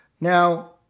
now